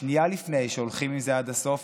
שנייה לפני שהולכים עם זה עד הסוף: